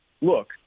look